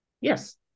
Yes